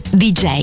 dj